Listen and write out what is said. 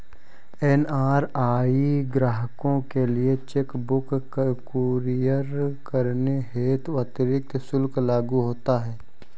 NRI ग्राहकों के लिए चेक बुक कुरियर करने हेतु अतिरिक्त शुल्क लागू होता है